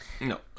no